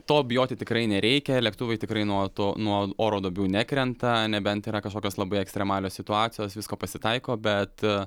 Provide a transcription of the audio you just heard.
to bijoti tikrai nereikia lėktuvai tikrai nuo to nuo oro duobių nekrenta nebent yra kažkokios labai ekstremalios situacijos visko pasitaiko bet